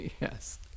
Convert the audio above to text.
Yes